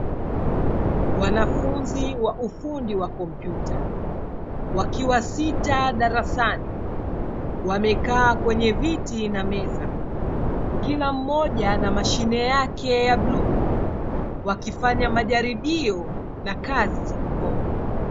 Wanafunzi wa ufundi wa kompyuta wakiwa sita darasani, wamekaa kwenye viti na meza kila mmoja na mashine yake ya buluu, wakifanya majaribio na kazi za mkono.